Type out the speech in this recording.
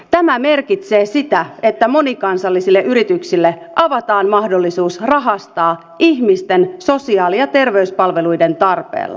tämä merkitsee sitä että monikansallisille yrityksille avataan mahdollisuus rahastaa ihmisten sosiaali ja terveyspalveluiden tarpeilla